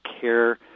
care